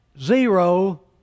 zero